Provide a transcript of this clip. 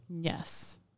Yes